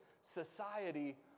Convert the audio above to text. society